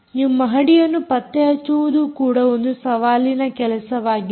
ನೀವು ಮಹಡಿಯನ್ನು ಪತ್ತೆಹಚ್ಚುವುದು ಕೂಡ ಒಂದು ಸವಾಲಿನ ಕೆಲಸವಾಗಿದೆ